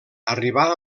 arribà